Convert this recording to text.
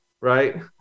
right